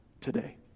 today